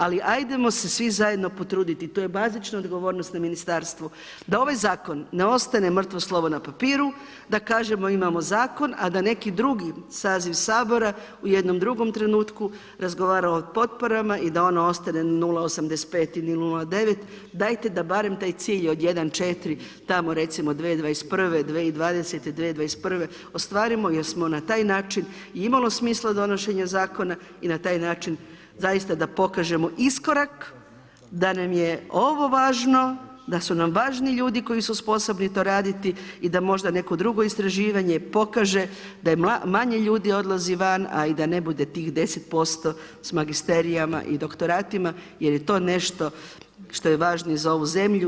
Ali ajdemo se svi zajedno potruditi, to je bazična odgovornost na ministarstvu da ovaj zakon ne ostane mrtvo slovo na papiru, da kažemo imamo zakon a da neki drugi saziv Sabora, u jednom drugom trenutku razgovara o potporama i da on ostane 0,85% ili 0,9, dajte da barem taj cilj od 1,4 tamo recimo 2021., 2020., 2021. ostvarimo jer smo na taj način, i imalo smisla donošenja zakona, i na taj način zaista da pokažemo iskorak da nam je ovo važno, da su nam važni ljudi koji su sposobni to raditi i da možda neko drugo istraživanje pokaže da manje ljudi odlazi van a i da ne bude tih 10% sa magisterijama i doktoratima jer je to nešto što je važno i za ovu zemlju.